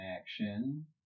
action